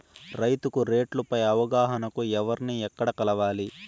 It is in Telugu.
రైతుకు రేట్లు పై అవగాహనకు ఎవర్ని ఎక్కడ కలవాలి?